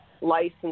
license